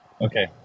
Okay